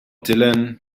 dylan